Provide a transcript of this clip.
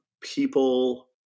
people